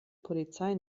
polizei